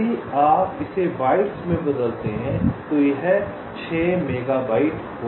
यदि आप इसे बाइट्स में बदलते हैं तो यह 6 मेगाबाइट हो जाता है